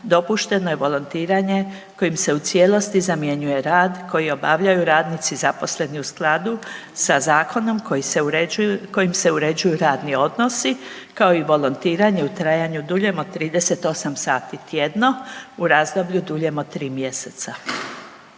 dopušteno je volontiranje kojim se u cijelosti zamjenjuje rad koji obavljaju radnici zaposleni u skladu sa zakonom kojim se uređuju radni odnosi, kao i volontiranje u trajanju duljem od 38 sati tjedno u razdoblju duljem od 3 mjeseca.